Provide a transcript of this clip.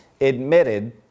admitted